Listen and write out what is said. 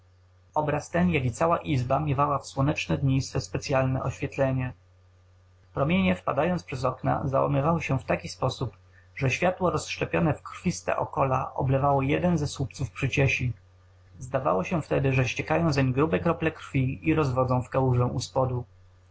obraz ten jak i cała izba miewała w słoneczne dnie swe specyalne oświetlenie promienie wpadając przez okna załamywały się w taki sposób że światło rozszczepione w krwiste okola oblewało jeden ze słupców przyciesi zdawało się wtedy że ściekają zeń grube krople krwi i rozwodzą w kałużę u spodu